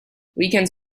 weekends